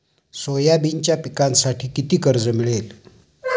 सोयाबीनच्या पिकांसाठी किती कर्ज मिळेल?